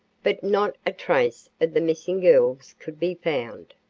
but not a trace of the missing girls could be found.